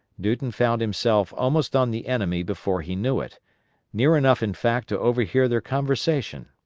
newton found himself almost on the enemy before he knew it near enough in fact to overhear their conversation.